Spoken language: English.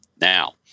Now